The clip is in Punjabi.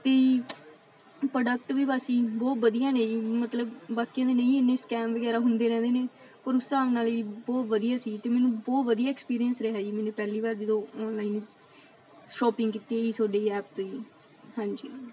ਅਤੇ ਜੀ ਪ੍ਰੋਡਕਟ ਵੀ ਬਸ ਜੀ ਬਹੁਤ ਵਧੀਆ ਨੇ ਜੀ ਮਤਲਬ ਬਾਕੀਆਂ ਦੇ ਨਹੀਂ ਇੰਨੀ ਸਕੈਮ ਵਗੈਰਾ ਹੁੰਦੇ ਰਹਿੰਦੇ ਨੇ ਔਰ ਉਸ ਹਿਸਾਬ ਨਾਲ ਜੀ ਬਹੁਤ ਵਧੀਆ ਸੀ ਅਤੇ ਮੈਨੂੰ ਬਹੁਤ ਵਧੀਆ ਐਕਸਪੀਰੀਅੰਸ ਰਿਹਾ ਜੀ ਮੈਨੂੰ ਪਹਿਲੀ ਵਾਰ ਜਦੋਂ ਔਨਲਾਈਨ ਸ਼ੌਪਿੰਗ ਕੀਤੀ ਹੈ ਜੀ ਤੁਹਾਡੀ ਐਪ ਤੋਂ ਜੀ ਹਾਂਜੀ